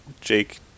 Jake